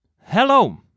hello